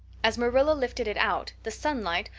as marilla lifted it out, the sunlight,